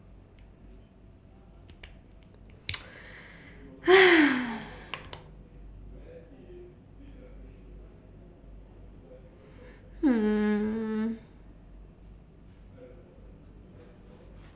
mm